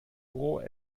roh